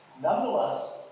Nonetheless